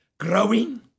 Growing